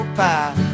pie